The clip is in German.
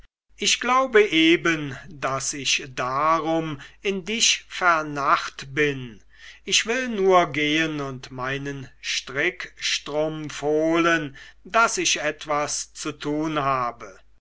ich glaube eben daß ich darum in dich vernarrt bin ich will nur gehen und meinen strickstrumpf holen daß ich etwas zu tun habe